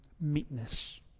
meekness